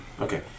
Okay